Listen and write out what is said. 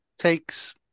takes